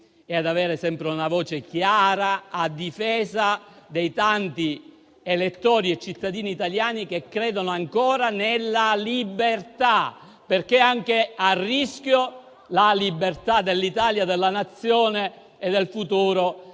e ad avere sempre una voce chiara a difesa dei tanti elettori e cittadini italiani che credono ancora nella libertà, perché è anche a rischio la libertà della Nazione italiana e di tutte